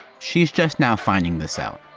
she is just now finding this out.